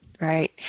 right